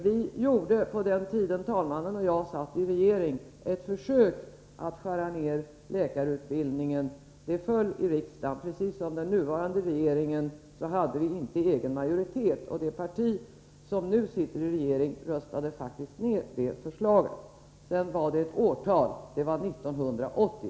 Vi gjorde på den tiden då andre vice talmannen och jag satt i regeringen ett försök att skära ned läkarutbildningen. Förslaget föll i riksdagen. Precis som den nuvarande regeringen hade vi inte egen majoritet, och det parti som nu sitter i regeringsställning röstade faktiskt ned förslaget. — Det aktuella årtalet var 1980.